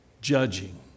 judging